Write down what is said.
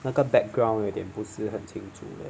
那个 background 有点不是很清楚